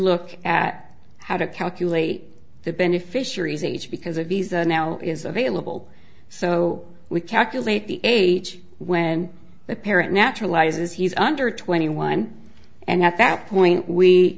look at how to calculate the beneficiaries age because a visa now is available so we calculate the age when the parent naturalizes he's under twenty one and at that point we